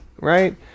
Right